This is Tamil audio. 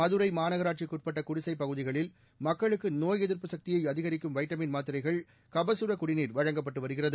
மதுரை மாநகராட்சிக்குட்பட்ட குடிசைப் பகுதிகளில் மக்களுக்கு நோய் எதிர்ப்பு சக்தியை அதிகரிக்கும் வைட்டமின் மாத்திரைகள் கபசுரக் குடிநீர் வழங்கப்பட்டு வருகிறது